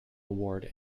award